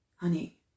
Honey